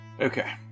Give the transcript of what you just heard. Okay